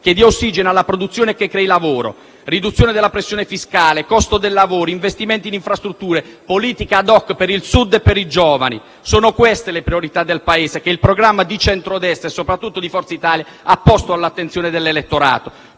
che dia ossigeno alla produzione e che crei lavoro. Riduzione della pressione fiscale, del costo del lavoro, investimenti in infrastrutture, politiche *ad hoc* per il Sud e per i giovani: sono queste le priorità del Paese, che il programma del centrodestra e soprattutto di Forza Italia aveva posto all'attenzione dell'elettorato;